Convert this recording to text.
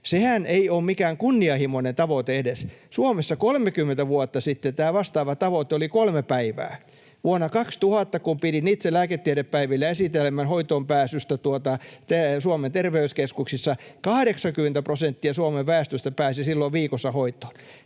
Sehän ei ole mikään kunnianhimoinen tavoite edes. Suomessa 30 vuotta sitten tämä vastaava tavoite oli kolme päivää. Vuonna 2000, kun pidin itse lääketiedepäivillä esitelmän hoitoonpääsystä Suomen terveyskeskuksissa, 80 prosenttia Suomen väestöstä pääsi silloin viikossa hoitoon.